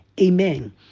Amen